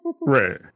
right